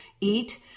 eat